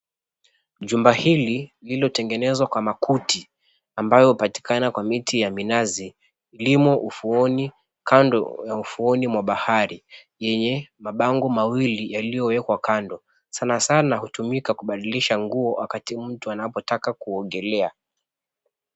Jumba hili lililotengenezwa kwa makuti ambayo hupatikana kwa miti ya minazi limo kando ya ufuoni mwa bahari yenye mabango mawili yaliyowekwa kando, sanasana hutumika kubadilisha nguo wakati mtu anapotaka kuogelea.